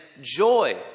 joy